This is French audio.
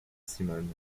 simone